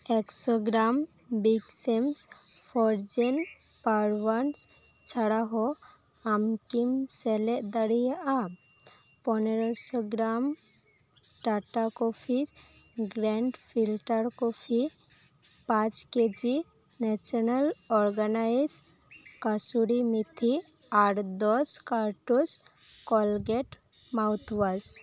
ᱮᱠᱥᱚ gram big ᱥᱮᱢᱥ frozen prawns ᱪᱷᱟᱰᱟ ᱦᱚᱸ ᱟᱢᱠᱤᱢ ᱥᱮᱞᱮᱫ ᱫᱟᱲᱮᱭᱟᱜᱼᱟ ᱯᱚᱱᱮᱨᱚᱥᱚ gram Tata coffee grand filter coffee ᱯᱟᱸᱪ K G Natureland organics kasuri methi ᱟᱨ ᱫᱚᱥ ᱠᱟᱨᱴᱳᱱᱥ ᱠᱳᱞᱜᱮᱴ ᱢᱟᱣᱩᱛᱷ ᱚᱣᱟᱥ